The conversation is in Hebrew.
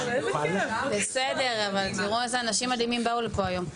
תראו איזה אנשים מדהימים באו לפה היום.